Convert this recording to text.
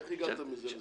איך הגעת מזה לזה?